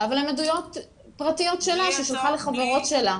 אבל הן הודעות פרטיות שלה ששלחה לחברות שלה